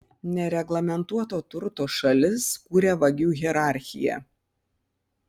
nereglamentuoto turto šalis kuria vagių hierarchiją